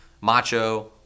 Macho